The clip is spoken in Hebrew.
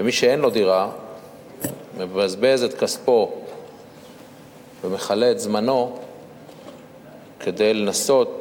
ומי שאין לו דירה מבזבז את כספו ומכלה את זמנו כדי לנסות